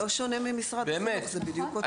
זה גם לא שונה ממשרד החינוך, זה בדיוק אותו דבר.